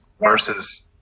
versus